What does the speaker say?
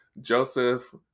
Joseph